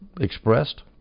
expressed